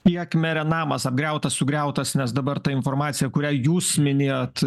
kiek mere namas apgriautas sugriautas nes dabar ta informacija kurią jūs minėjot